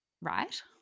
right